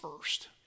first